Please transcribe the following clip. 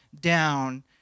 down